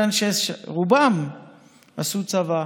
רובם עשו צבא.